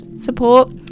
support